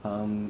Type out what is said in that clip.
um